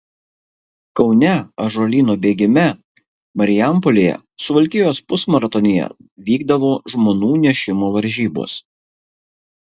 kaune ąžuolyno bėgime marijampolėje suvalkijos pusmaratonyje vykdavo žmonų nešimo varžybos